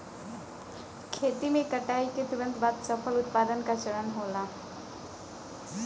खेती में कटाई के तुरंत बाद फसल उत्पादन का चरण होला